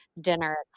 dinner